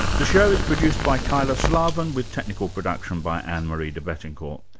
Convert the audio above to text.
the show is produced by kyla slaven, with technical production by anne-marie debettencourt.